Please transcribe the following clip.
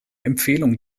empfehlung